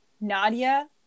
nadia